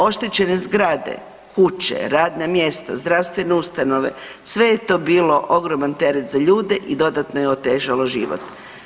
Oštećene zgrade, kuće, radna mjesta, zdravstvene ustanove sve je to bilo ogroman teret za ljude i dodatno je otežalo život.